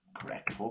Correct